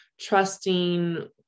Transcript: trusting